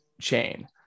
chain